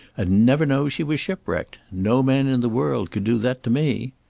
and never know she was shipwrecked. no man in the world could do that to me.